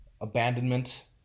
abandonment